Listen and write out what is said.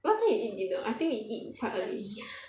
what time you eat dinner I think we eat quite early